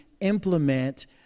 implement